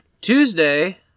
Tuesday